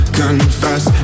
confess